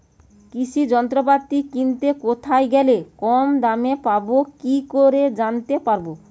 কৃষি যন্ত্রপাতি কিনতে কোথায় গেলে কম দামে পাব কি করে জানতে পারব?